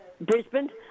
Brisbane